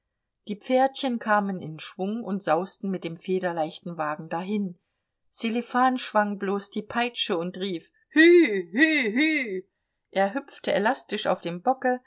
die pferdchen kamen in schwung und sausten mit dem federleichten wagen dahin sselifan schwang bloß die peitsche und rief hü hü hü er hüpfte elastisch auf dem bocke